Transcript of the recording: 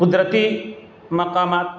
قدرتی مقامات